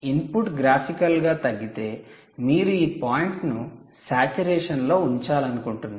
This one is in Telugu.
ఇన్పుట్ గ్రాఫికల్గా తగ్గితే మీరు ఈ పాయింట్ను సాచ్యురేషన్ లో ఉంచాలనుకుంటున్నారు